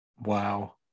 Wow